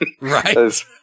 Right